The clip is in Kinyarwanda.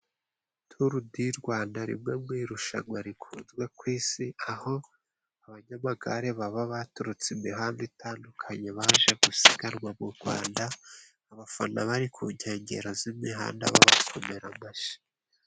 Turidirwanda rimwe mu irushanwa rikunzwe ku isi; aho abanyamagare baba baturutse imihanda itandukanye baje gusirwa mu Rwanda. Abafana bari ku nkengero z'imihanda babakomera amashyi.